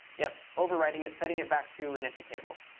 yep, overwriting it, setting it back to an empty table.